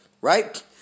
Right